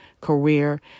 career